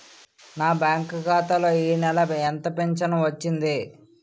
నా బ్యాంక్ ఖాతా లో ఈ నెల ఎంత ఫించను వచ్చింది?